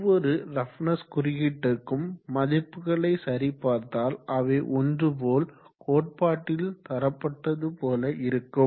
ஒவ்வொரு ரஃப்னஸ் குறியீட்டிற்கும் மதிப்புகளை சரிபார்த்தால் அவை ஒன்றுபோல் கோட்பாட்டில் தரப்பட்டது போல இருக்கும்